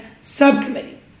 Subcommittee